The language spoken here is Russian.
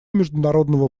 международного